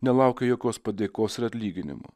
nelaukiu jokios padėkos ir atlyginimo